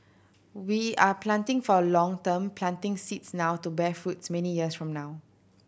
we are planting for the long term planting seeds now to bear fruit many years from now